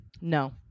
No